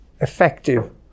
effective